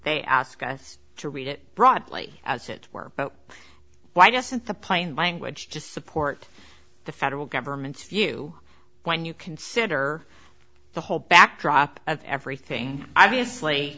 they ask us to read it broadly as it were but why doesn't the plain language to support the federal government's view when you consider the whole backdrop of everything i